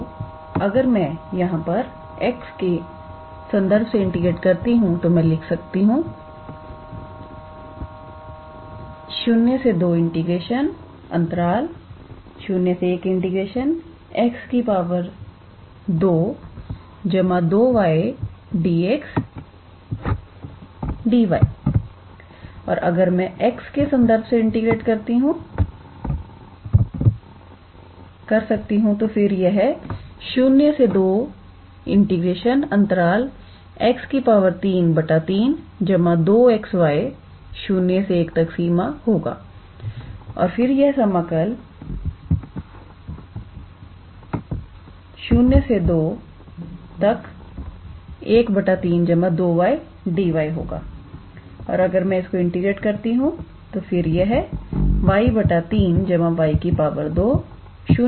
तो अगर मैं यहां पर x के संदर्भ से इंटीग्रेट करती हूं तो मैं लिख सकती 0201𝑥 2 2𝑦𝑑𝑥𝑑𝑦 और अगर मैं x के संदर्भ से इंटीग्रेट कर सकती हूं तो फिर यह 02 𝑥 3 3 2𝑥𝑦01 होगा और फिर यह समाकल 02 13 2𝑦 𝑑𝑦 होगा और अगर मैं इसको इंटीग्रेट करती हूं तो फिर यह y3 𝑦 2 02 होगा